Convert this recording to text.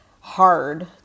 hard